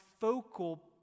focal